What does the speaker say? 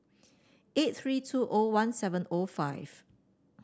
eight three two O one seven O five